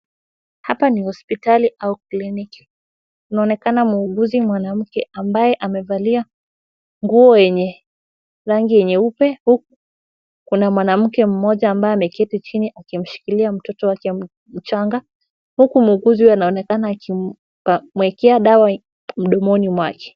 Hapa ni hospitali au kliniki inaonekana muuguzi mwanamke ambaye amevalia nguo yenye rangi nyeupe. huku Kuna mwanamke muja ambaye ameketi chini akishikilia mtoto wake mchanga uku muuguzi anaonekana akimwekea dawa mdomoni mwake.